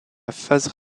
phase